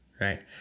right